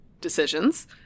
decisions